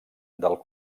del